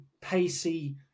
pacey